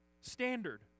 standard